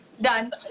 done